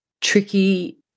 tricky